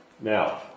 Now